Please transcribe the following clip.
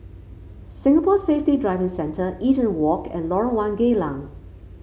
Singapore Safety Driving Centre Eaton Walk and Lorong One Geylang